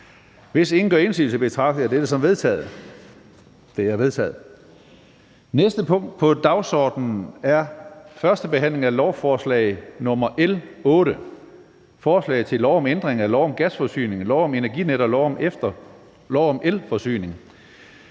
Hvis ingen gør indsigelse, betragter jeg dette som vedtaget. Det er vedtaget. --- Det næste punkt på dagsordenen er: 9) 1. behandling af lovforslag nr. L 8: Forslag til lov om ændring af lov om gasforsyning, lov om Energinet og lov om elforsyning.